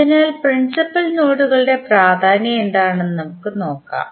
അതിനാൽ പ്രിൻസിപ്പൽ നോഡുകളുടെ പ്രാധാന്യം എന്താണെന്ന് നമുക്ക് നോക്കാം